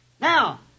Now